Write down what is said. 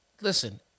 Listen